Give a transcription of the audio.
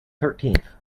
thirteenth